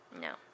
No